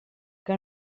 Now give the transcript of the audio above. que